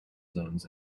zones